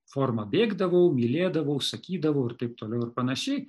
forma bėgdavau mylėdavau sakydavau ir taip toliau ir panašiai